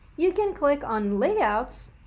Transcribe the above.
you can click on layout